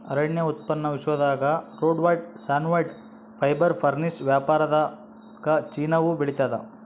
ಅರಣ್ಯ ಉತ್ಪನ್ನ ವಿಶ್ವದಾಗ ರೌಂಡ್ವುಡ್ ಸಾನ್ವುಡ್ ಫೈಬರ್ ಫರ್ನಿಶ್ ವ್ಯಾಪಾರದಾಗಚೀನಾವು ಬೆಳಿತಾದ